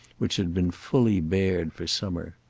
which had been fully bared for summer.